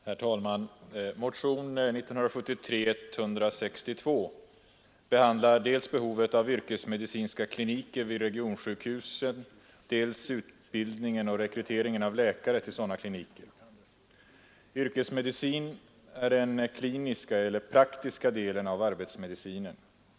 Herr talman! Motionen 1973:162 behandlar dels behovet av yrkesmedicinska kliniker vid regionsjukhusen, dels utbildningen och rekryteringen av läkare till sådana kliniker. Yrkesmedicin är den kliniska eller praktiska delen av arbetsmedicinen.